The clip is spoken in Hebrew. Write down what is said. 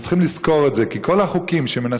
אנחנו צריכים לזכור את זה,